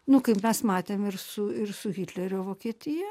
nu kaip mes matėm ir su ir su hitlerio vokietija